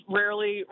rarely